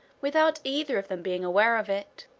without either of them being aware of it.